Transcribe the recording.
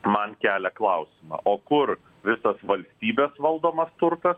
man kelia klausimą o kur visas valstybės valdomas turtas